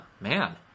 Man